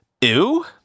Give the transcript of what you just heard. ew